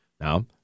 Now